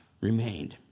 remained